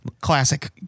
classic